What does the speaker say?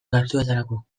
gastuetarako